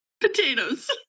Potatoes